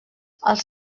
als